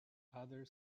other